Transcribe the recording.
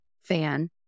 fan